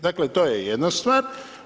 Dakle to je jedna stvar.